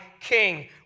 king